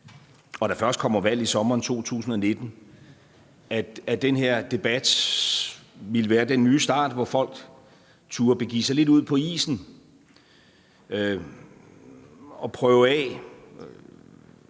og der først kommer valg i sommeren 2019, at den her debat ville være den nye start, hvor folk turde begive sig lidt ud på isen og prøve den